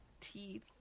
teeth